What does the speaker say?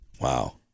Wow